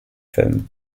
film